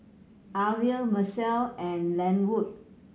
Arvel Mitchell and Lenwood